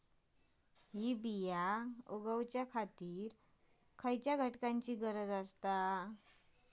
हया बियांक उगौच्या खातिर कसल्या घटकांची गरज आसता?